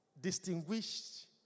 Distinguished